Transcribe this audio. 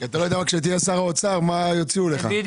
כי אתה לא יודע מה יציעו לך כשתהיה שר האוצר.